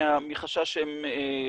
מחשש שהם פוחדים,